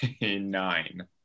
nine